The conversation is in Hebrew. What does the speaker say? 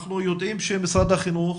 אנחנו יודעים שמשרד החינוך,